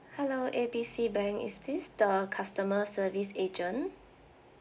hello A B C bank is this the customer service agent